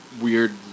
weird